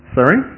Sorry